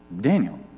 Daniel